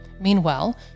Meanwhile